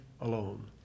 alone